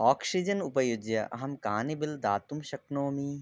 Oxigen उपयुज्य अहं कानि बिल् दातुं शक्नोमि